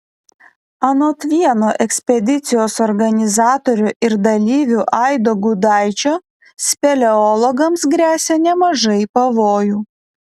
anot vieno ekspedicijos organizatorių ir dalyvių aido gudaičio speleologams gresia nemažai pavojų